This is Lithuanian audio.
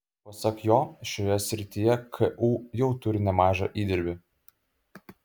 pasak jo šioje srityje ku jau turi nemažą įdirbį